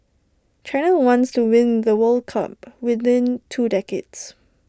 China wants to win the world cup within two decades